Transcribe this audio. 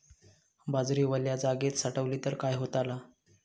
बाजरी वल्या जागेत साठवली तर काय होताला?